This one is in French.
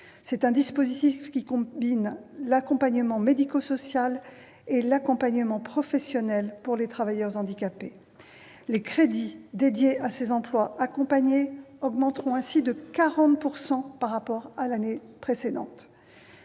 Ce dispositif combine accompagnement médico-social et accompagnement professionnel pour les travailleurs handicapés. Les crédits dédiés à ces emplois accompagnés augmenteront ainsi de 40 % par rapport à l'année précédente.